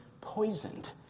poisoned